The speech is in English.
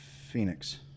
Phoenix